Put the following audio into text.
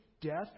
death